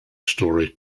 story